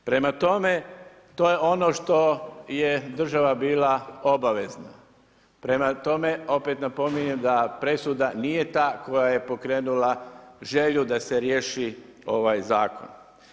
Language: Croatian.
Prema tome, to je ono što je država bila obavezna, prema tome opet napominjem da presuda nije ta koja je pokrenula želju da se riješi ovaj zakon.